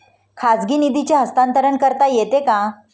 खाजगी निधीचे हस्तांतरण करता येते का?